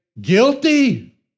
guilty